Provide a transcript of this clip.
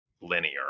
linear